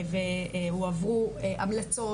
נעשתה שם עבודה מאוד גדולה והועברו המלצות